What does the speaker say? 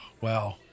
wow